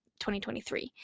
2023